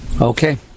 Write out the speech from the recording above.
Okay